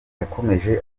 yakomeje